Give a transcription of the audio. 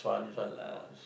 ya lah